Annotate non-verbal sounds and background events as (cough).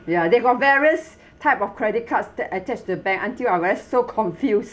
ya they got various (breath) type of credit cards that attach to the bank until I really so confused